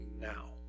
now